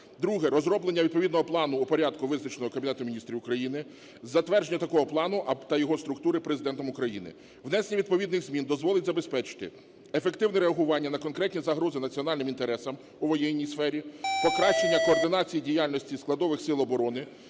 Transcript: Друге. Розроблення відповідного плану у порядку, визначеного Кабінетом Міністрів України, затвердження такого плану та його структури Президентом України. Внесення відповідних змін дозволить забезпечити ефективне реагування на конкретні загрози національним інтересам у воєнній сфері, покращення координації діяльності складових сил оборони,